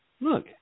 Look